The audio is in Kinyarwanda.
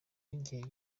y’igihe